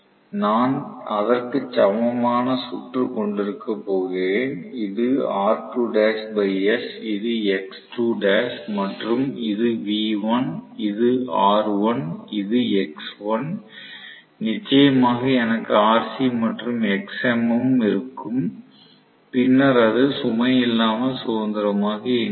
நான் அதற்கு சமமான சுற்று கொண்டிருக்கப் போகிறேன் இது R2ls இது X2l மற்றும் இது V1 இது R1 இது X1 நிச்சயமாக எனக்கு Rc மற்றும் Xm ம் இருக்கும் பின்னர் அது சுமை இல்லாமல் சுதந்திரமாக இயங்குகிறது